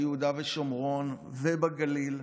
ביהודה ושומרון ובגליל,